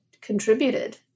contributed